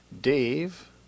Dave